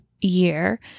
year